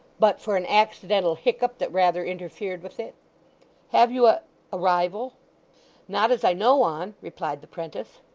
but for an accidental hiccup that rather interfered with it have you a rival not as i know on replied the prentice.